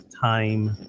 time